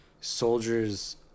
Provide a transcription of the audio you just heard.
soldiers